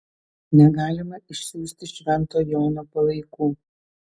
negalima išsiųsti švento jono palaikų